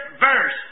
verse